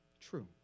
true